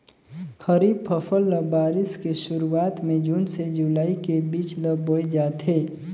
खरीफ फसल ल बारिश के शुरुआत में जून से जुलाई के बीच ल बोए जाथे